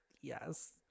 Yes